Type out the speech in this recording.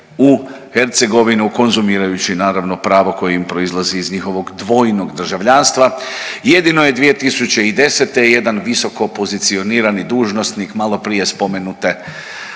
u Hercegovinu konzumirajući naravno pravo koje im proizlazi iz njihovog dvojnog državljanstva. Jedino je 2010. jedan visokopozicionirani dužnosnik maloprije spomenute